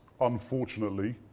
unfortunately